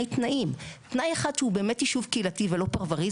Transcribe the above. תנאים: תנאי אחד שהוא באמת יישוב קהילתי ולא פרוורי,